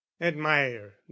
admire